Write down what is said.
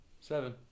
seven